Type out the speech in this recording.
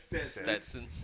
Stetson